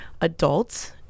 adults